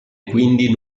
quindi